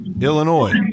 Illinois